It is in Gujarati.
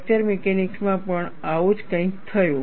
ફ્રેક્ચર મિકેનિક્સમાં પણ આવું જ કંઈક થયું